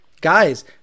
Guys